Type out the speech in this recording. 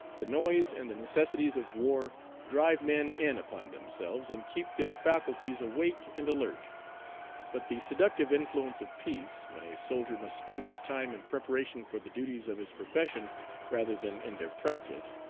the noise and the necessities of war drive men in upon themselves and keep their faculties awake and alert but the seductive influence of peace, when a soldier must spend his time in preparation for the duties of his profession rather than in their practice,